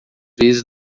vezes